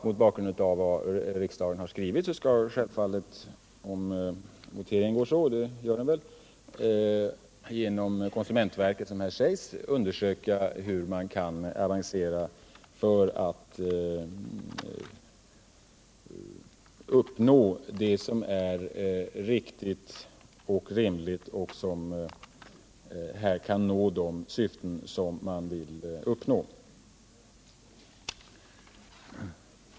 Mot bakgrund av vad riksdagen tidigare har skrivit skall självfallet — om voteringen går i utskottsmajoritetens riktning, och det gör den väl — genom konsumentverkets försorg undersökas vad som är riktigt och rimligt och hur man kan avancera för att uppnå dessa syften.